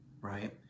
right